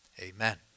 Amen